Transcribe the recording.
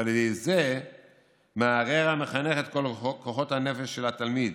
ועל ידי זה מערער המחנך את כל כוחות הנפש של התלמיד.